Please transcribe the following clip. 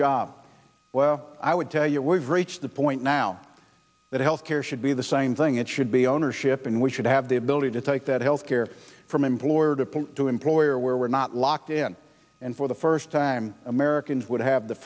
job well i would tell you we've reached the point now that health care should be the same thing it should be ownership and we should have the ability to take that health care from employer to pull to employer where we're not locked in and for the first time americans would have the